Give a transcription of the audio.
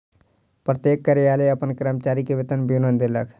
प्रत्येक कार्यालय अपन कर्मचारी के वेतन विवरण देलक